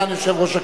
סגן יושב-ראש הכנסת.